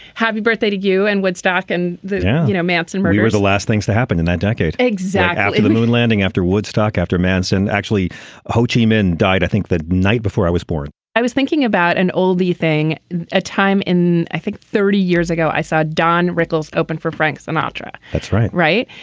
happy birthday to you and woodstock and the yeah you know manson murders the last things that happened in that decade exactly the moon landing after woodstock after manson actually poaching men died i think that night before i was born i was thinking about an the thing a time in i think thirty years ago i saw don rickles open for frank sinatra. that's right. right.